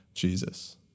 Jesus